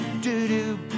do-do